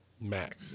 max